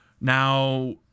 now